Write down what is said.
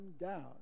down